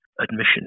admission